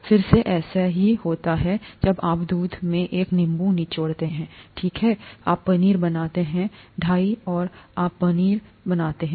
फिर से ऐसा ही होता है जब आप दूध में एक नींबू निचोड़ते हैं ठीक है आप पनीर बनाते हैं दाईं ओर आप पनीर पनीर बनाते हैं